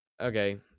Okay